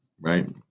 Right